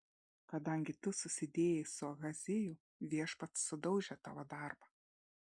kadangi tu susidėjai su ahaziju viešpats sudaužė tavo darbą